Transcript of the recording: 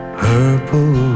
purple